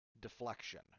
deflection